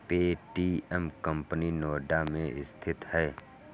Paytm company Noida में स्थित है